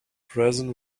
present